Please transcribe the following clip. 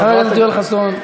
חבר הכנסת יואל חסון,